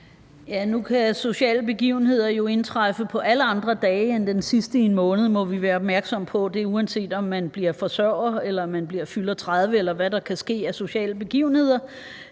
sociale begivenheder jo kan indtræffe på alle andre dage end den sidste i en måned, og det er, uanset om man bliver forsørger, om man fylder 30, eller hvad der kan ske af sociale begivenheder.